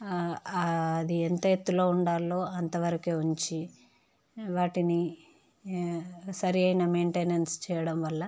అది ఎంత ఎత్తులో ఉండాలో అంతవరకు ఉంచి వాటిని సరైన మెయింటెనెన్స్ చేయడం వల్ల